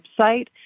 website